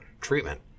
treatment